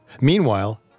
Meanwhile